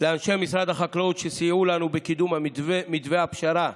לאנשי משרד החקלאות שסייעו לנו בקידום מתווה הפשרה